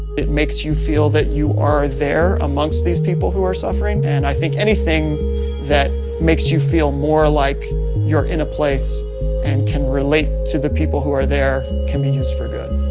it makes you feel that you are there amongst these people who are suffering, and i think anything that makes you feel more like you're in a place and can relate to the people who are there can be used for good.